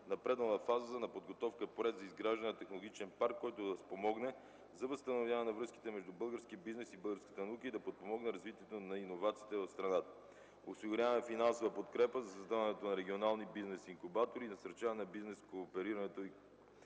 напреднала фаза на подготовка е проект за изграждане на технологичен парк, който да спомогне за възстановяване на връзките между българския бизнес и българската наука и за развитието на иновациите в страната. Осигуряване на финансова подкрепа за създаването на регионални бизнес-инкубатори за насърчаване на бизнескооперирането